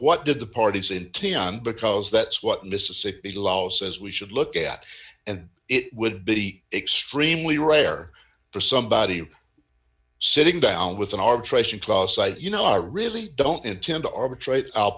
what did the parties in town because that's what mississippi laos says we should look at and it would be extremely rare for somebody sitting down with an arbitration clause site you know i really don't intend to arbitrate i'll